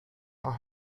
are